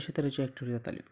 अशे तरेची एक्टिविटी जाताली